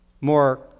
more